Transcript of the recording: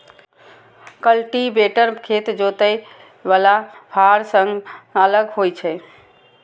cultivator खेत जोतय बला फाड़ सं अलग होइ छै